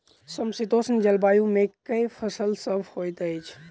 समशीतोष्ण जलवायु मे केँ फसल सब होइत अछि?